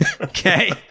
Okay